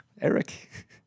Eric